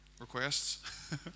requests